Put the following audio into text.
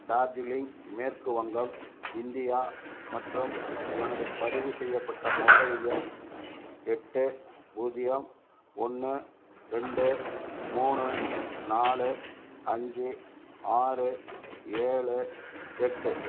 டார்ஜிலிங் மேற்கு வங்கம் இந்தியா மற்றும் எனது பதிவு செய்யப்பட்ட மொபைல் எண் எட்டு பூஜ்யம் ஒன்று ரெண்டு மூணு நாலு அஞ்சு ஆறு ஏழு எட்டு